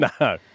No